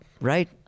Right